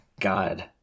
god